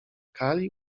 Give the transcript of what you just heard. kali